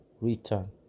Return